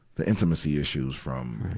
the intimacy issues from